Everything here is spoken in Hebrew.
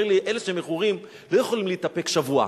אומר לי: אלה שמכורים לא יכולים להתאפק שבוע,